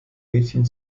mädchen